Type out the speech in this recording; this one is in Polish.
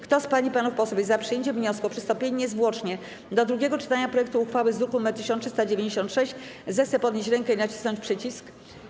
Kto z pań i panów posłów jest za przyjęciem wniosku o przystąpienie niezwłocznie do drugiego czytania projektu uchwały z druku nr 1396, zechce podnieść rękę i nacisnąć przycisk.